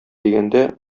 дигәндә